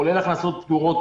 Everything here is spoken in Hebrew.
כולל הכנסות סגורות,